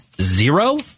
zero